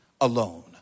alone